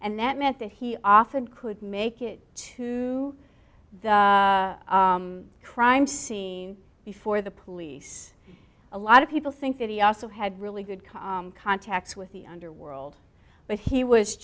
and that meant that he often could make it to the crime scene before the police a lot of people think that he also had really good contacts with the underworld but he was